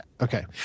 Okay